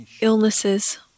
illnesses